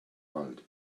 wald